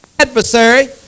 adversary